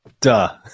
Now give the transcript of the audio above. duh